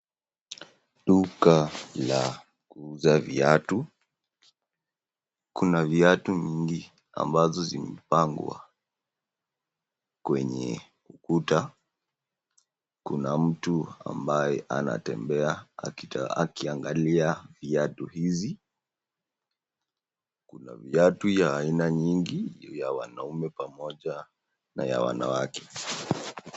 Duka la kuuza viatu. Kuna viatu nyingi ambazo zimempangwa kwenye ukuta. Kuna mtu ambaye anatembea akiangalia viatu hizi. Kuna viatu ya aina nyingi ya wanaume pamoja na ya wanawake.